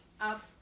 up